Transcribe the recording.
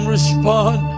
respond